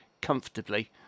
comfortably